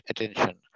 attention